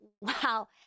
wow